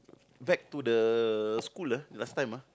back to the school ah last time ah